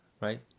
right